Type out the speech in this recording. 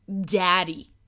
Daddy